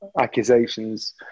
accusations